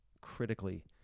critically